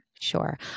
Sure